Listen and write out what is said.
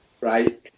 right